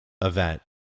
event